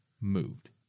moved